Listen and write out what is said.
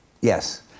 Yes